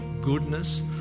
goodness